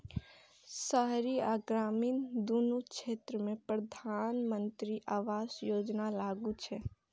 शहरी आ ग्रामीण, दुनू क्षेत्र मे प्रधानमंत्री आवास योजना लागू छै